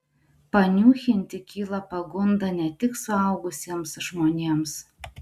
paniūchinti kyla pagunda ne tik suaugusiems žmonėms